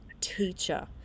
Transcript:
teacher